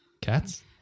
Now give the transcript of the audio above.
cats